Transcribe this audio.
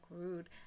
rude